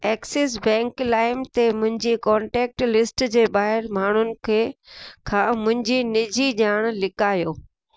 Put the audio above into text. axis bank लाइम ते मुंहिंजे कोन्टेक्ट लिस्ट जे ॿाहिरि जे माण्हुनि खे खां मुहिंजी निजी ॼाण लिकायो